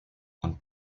und